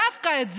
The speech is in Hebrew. ודווקא את זה,